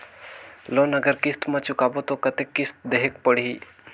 Loan अगर किस्त म चुकाबो तो कतेक किस्त देहेक पढ़ही?